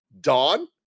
dawn